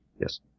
Yes